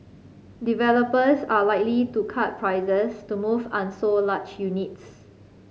developers are likely to cut prices to move unsold large units